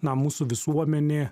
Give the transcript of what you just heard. na mūsų visuomenė